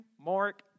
Mark